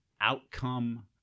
outcome